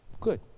Good